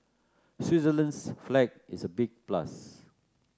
Switzerland's flag is a big plus